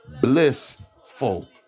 Blissful